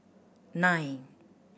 nine